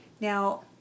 Now